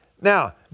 Now